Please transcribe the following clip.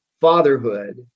fatherhood